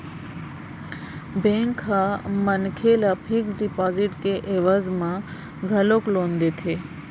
bank ह मनखे ल फिक्स डिपाजिट के एवज म घलोक लोन देथे